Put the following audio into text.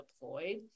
deployed